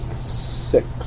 six